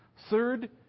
Third